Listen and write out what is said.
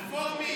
רפורמים,